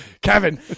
Kevin